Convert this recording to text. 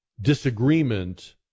disagreement